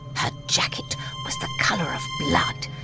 her jacket was the colour of blood,